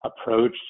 approach